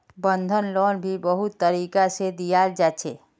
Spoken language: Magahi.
बंधक लोन भी बहुत तरीका से दियाल जा छे